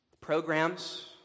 Programs